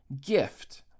gift